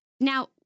Now